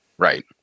Right